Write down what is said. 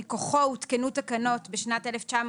מכוחו הותקנו תקנות בשנת 1978,